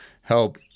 help